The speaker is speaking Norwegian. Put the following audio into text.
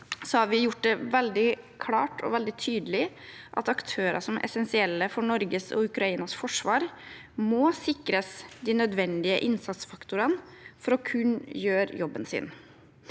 har gjort det veldig klart og tydelig at aktører som er essensielle for Norges og Ukrainas forsvar, må sikres de nødvendige innsatsfaktorene for å kunne gjøre jobben sin.